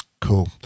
Cool